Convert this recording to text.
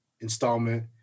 installment